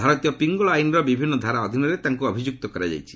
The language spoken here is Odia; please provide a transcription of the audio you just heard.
ଭାରତୀୟ ପିଙ୍ଗଳ ଆଇନ୍ର ବିଭିନ୍ନ ଧାରା ଅଧୀନରେ ତାଙ୍କୁ ଅଭିଯୁକ୍ତ କରାଯାଇଛି